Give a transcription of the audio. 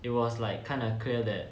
it was like kind of clear that